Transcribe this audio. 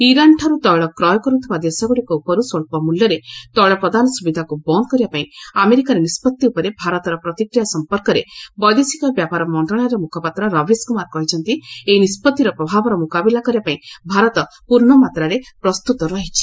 ଇରାନ୍ଠାରୁ ତେଳ କ୍ରୟ କରୁଥିବା ଦେଶଗୁଡ଼ିକ ଉପରୁ ସ୍ୱଚ୍ଚ ମୂଲ୍ୟରେ ତୈଳ ପ୍ରଦାନ ସୁବିଧାକୁ ବନ୍ଦ କରିବା ପାଇଁ ଆମେରିକାର ନିଷ୍ପଭି ଉପରେ ଭାରତର ପ୍ରତିକ୍ରିୟା ସମ୍ପର୍କରେ ବୈଦେଶିକ ବ୍ୟାପାର ମନ୍ତ୍ରଣାଳୟର ମୁଖପାତ୍ର ରବିଶ୍ କୁମାର କହିଛନ୍ତି ଏହି ନିଷ୍କଭିର ପ୍ରଭାବର ମୁକାବିଲା କରିବା ପାଇଁ ଭାରତ ପୂର୍ଣ୍ଣମାତ୍ରାରେ ପ୍ରସ୍ତୁତ ରହିଛି